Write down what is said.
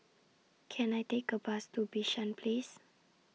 Can I Take A Bus to Bishan Place